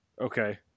Okay